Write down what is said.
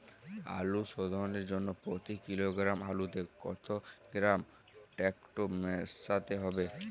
আলু শোধনের জন্য প্রতি কিলোগ্রাম আলুতে কত গ্রাম টেকটো মেশাতে হবে?